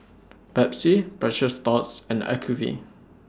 Pepsi Precious Thots and Acuvue